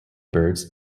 birds